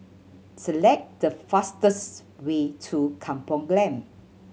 select the fastest way to Kampong Glam